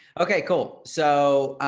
okay, cool. so,